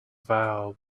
vow